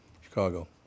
Chicago